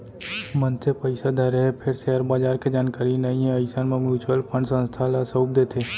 मनसे पइसा धरे हे फेर सेयर बजार के जानकारी नइ हे अइसन म म्युचुअल फंड संस्था ल सउप देथे